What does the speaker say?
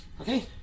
Okay